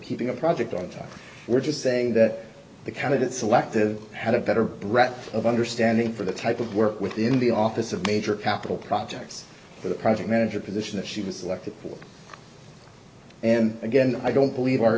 keeping a project on time we're just saying that the cow it selective had a better breath of understanding for the type of work within the office of major capital projects for the project manager position that she was selected for and again i don't believe our